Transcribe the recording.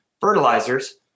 fertilizers